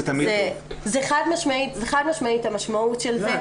זה חד משמעית המשמעות של זה.